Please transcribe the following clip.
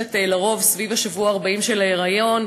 מתרחשת לרוב סביב השבוע ה-40 של ההיריון.